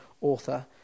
author